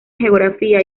geografía